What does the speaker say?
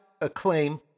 acclaim